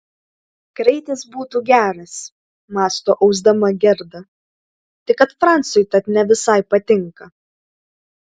kraitis būtų geras mąsto ausdama gerda tik kad francui tat ne visai patinka